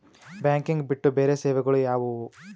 Banking ಬಿಟ್ಟು ಬೇರೆ ಸೇವೆಗಳು ಯಾವುವು?